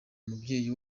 umubyeyi